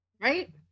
Right